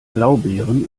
blaubeeren